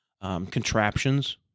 contraptions